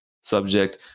subject